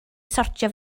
sortio